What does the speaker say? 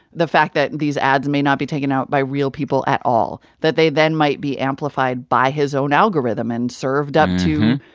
the fact that these ads may not be taken out by real people at all, that they then might be amplified by his own algorithm and served up to,